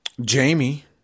Jamie